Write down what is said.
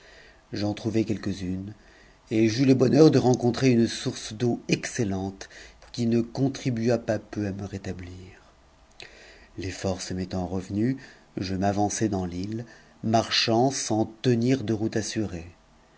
manger trouvai quelques-unes et j'eus le bonheur de rencontrer une source mu excellente qui ne contribua pas peu à me rétablir les forces m'étant j ues je m'avançai dans l'ile marchant sans tenir de route